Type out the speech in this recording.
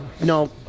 no